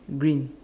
green